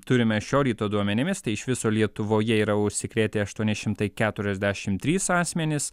turime šio ryto duomenimis iš viso lietuvoje yra užsikrėtę aštuoni šimtai keturiasdešim trys asmenys